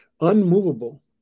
unmovable